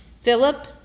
Philip